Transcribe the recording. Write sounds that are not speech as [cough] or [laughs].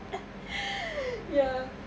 [laughs] ya